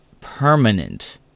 Permanent